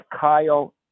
Kyle –